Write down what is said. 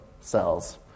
cells